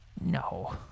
no